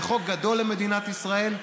זה חוק גדול למדינת ישראל,